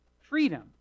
freedom